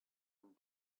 and